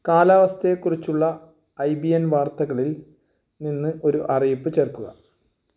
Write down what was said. കാലാവസ്ഥയെക്കുറിച്ചുള്ള I B N വാർത്തകളിൽ നിന്ന് ഒരു അറിയിപ്പ് ചേർക്കുക